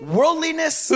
Worldliness